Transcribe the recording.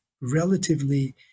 relatively